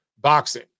boxing